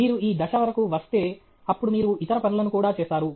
మీరు ఈ దశ వరకు వస్తే అప్పుడు మీరు ఇతర పనులను కూడా చేస్తారు